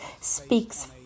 speaks